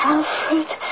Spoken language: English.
Alfred